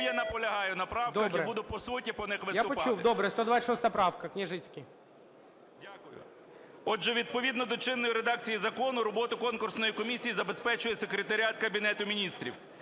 Отже, відповідно до чинної редакції закону роботу конкурсної комісії забезпечує Секретаріат Кабінету Міністрів.